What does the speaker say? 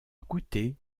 écouté